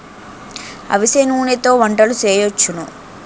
అవిసె నూనెతో వంటలు సేయొచ్చును